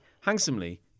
handsomely